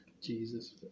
Jesus